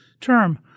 term